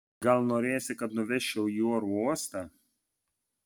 gal norėsi kad nuvežčiau į oro uostą